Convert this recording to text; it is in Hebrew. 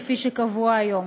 כפי שקבוע היום.